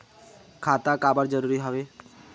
खाता का बर जरूरी हवे?